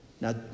Now